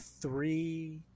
three